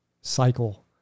cycle